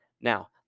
Now